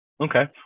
Okay